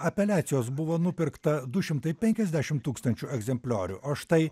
apeliacijos buvo nupirkta du šimtai penkiasdešim tūkstančių egzempliorių o štai